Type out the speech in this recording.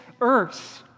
earth